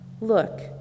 Look